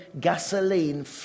gasoline